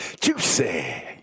juicy